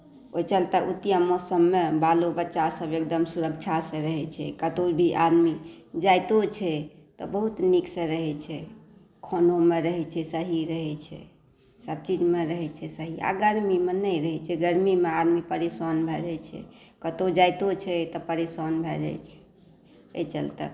ओहि चलते उत्तम मौसममे बालो बच्चा सभ एकदम सुरक्षा से रहै छै कतहुँ भी आदमी जाइतो छै तऽ बहुत निकसे रहै छै खानोमे रहै छै सही रहै छै सभ चीजमे रहै छै सही आ गर्मी मे नहि रहै छै गर्मीमे आदमी परेशान भए जाइ छै कतहुँ जाइतो परेशान भए जाइत छै एहि चलते